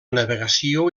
navegació